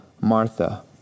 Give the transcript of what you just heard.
Martha